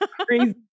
Crazy